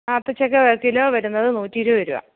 ആത്തചക്ക kilo വരുന്നത് നൂറ്റി ഇരുപത് രൂപ